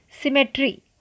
symmetry